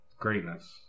greatness